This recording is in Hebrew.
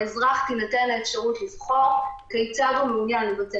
לאזרח תינתן האפשרות לבחור כיצד הוא מעוניין לבצע